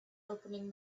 opening